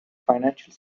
financial